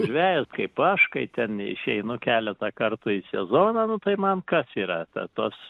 žvejas kaip aš kai ten išeinu keletą kartų į sezoną nu tai man kas yra ta tos